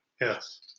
Yes